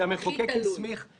שהמחוקק הסמיך -- הכי תלוי.